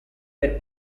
per